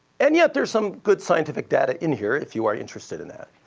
and yet there's some good scientific data in here, if you are interested in that.